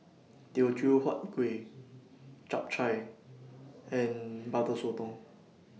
Teochew Huat Kueh Chap Chai and Butter Sotong